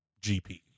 GP